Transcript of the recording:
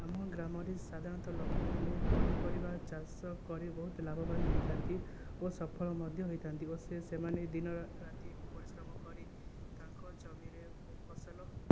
ଆମ ଗ୍ରାମ ରେ ସାଧାରଣତଃ ଲୋକମାନେ ପନିପରିବା ଚାଷ କରି ବହୁତ ଲାଭବାନ ହୋଇଥାନ୍ତି ଓ ସଫଳ ମଧ୍ୟ ହୋଇଥାନ୍ତି ଓ ସେ ସେମାନେ ଦିନ ରାତି ପରିଶ୍ରମ କରି ତାଙ୍କ ଜମିରେ ଫସଲ